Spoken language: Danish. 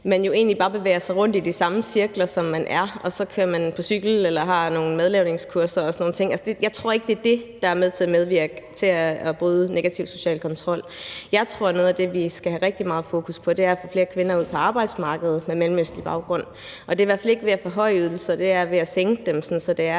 man jo egentlig bare bevæger sig rundt i de samme cirkler, som man er i – så cykler man eller har nogle madlavningskurser og sådan nogle ting. Altså, jeg tror ikke, det er det, der medvirker til at bryde negativ social kontrol. Jeg tror, noget af det, vi skal have rigtig meget fokus på, er at få flere kvinder med mellemøstlig baggrund ud på arbejdsmarkedet. Og det er i hvert fald ikke ved at forhøje ydelserne; det er ved at sænke dem, sådan at der er